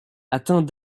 atteint